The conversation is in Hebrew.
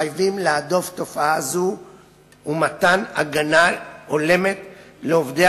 מחייבים להדוף תופעה זו ומתן הגנה הולמת לעובדי